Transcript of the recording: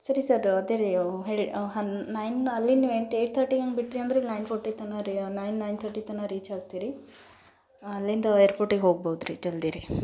ಸರಿ ಸರ್ ಅದೇರೀ ಅವ ಹೇಳಿ ಹನ್ ನೈನ್ ಅಲ್ಲಿ ನೀವು ಎಂಟು ಏಯ್ಟ್ ತರ್ಟಿ ಹಂಗೆ ಬಿಟ್ರಿ ಅಂದ್ರೆ ಇಲ್ಲಿ ನೈನ್ ಫೋರ್ಟಿ ತನಕ ರೀ ನೈನ್ ನೈನ್ ತರ್ಟಿ ತನಕ ರೀಚ್ ಆಗ್ತಿರಿ ಅಲ್ಲಿಂದ ಏರ್ಪೋಟಿಗೆ ಹೋಗ್ಬೋದ್ರಿ ಜಲ್ದಿರಿ